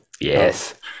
yes